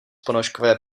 ponožkové